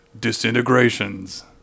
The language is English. disintegrations